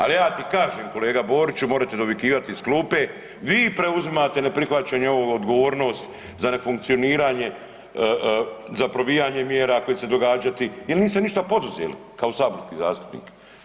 Al ja ti kažem kolega Boriću morete dovikivat iz klupe, vi preuzimate neprihvaćanjem ovog odgovornost za nefunkcioniranje, za probijanje mjera koje će se događati jer niste ništa poduzeli kao saborski zastupnik.